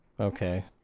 Okay